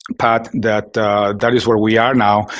pat, that that is where we are now,